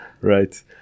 Right